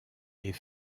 est